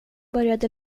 började